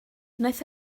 wnaeth